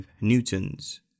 newtons